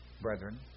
brethren